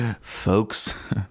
Folks